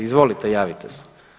Izvolite, javite se.